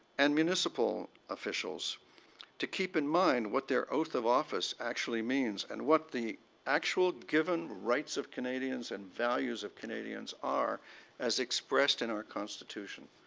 and municipal officials to keep in mind what their oath of office actually means and what the actual given rights of canadians and values of canadians are as expressed in our constitution.